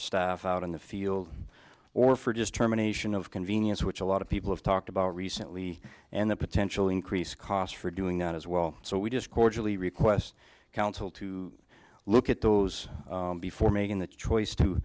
staff out in the field or for just terminations of convenience which a lot of people have talked about recently and the potential increased cost for doing that as well so we just cordially request counsel to look at those before making the choice to